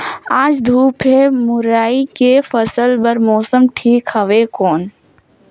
आज धूप हे मुरई के फसल बार मौसम ठीक हवय कौन?